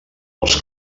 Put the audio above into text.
els